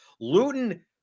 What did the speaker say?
Luton